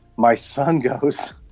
my son goes,